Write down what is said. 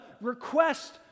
request